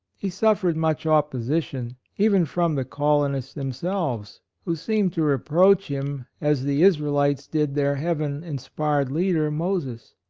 he suffered much opposition, even from the colonists themselves, who seemed to reproach him as the is raelites did their heaven-inspired leader moses.